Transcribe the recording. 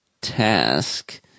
task